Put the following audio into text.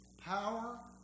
power